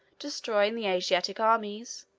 destroying the asiatic armies,